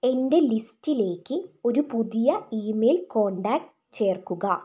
എൻ്റെ ലിസ്റ്റിലേക്ക് ഒരു പുതിയ ഇമെയിൽ കോൺടാക്റ്റ് ചേർക്കുക